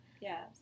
Yes